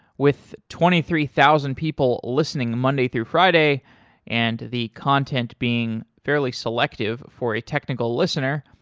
with twenty three thousand people listening monday through friday and the content being fairly selective for a technical listener,